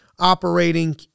operating